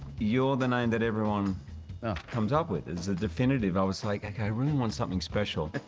you're the name that everyone comes up with as the definitive. i was like, ok, i really want something special.